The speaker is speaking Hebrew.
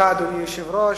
אדוני היושב-ראש,